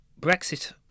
Brexit